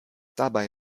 dabei